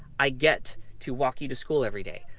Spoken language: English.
i get to walk you to school every day.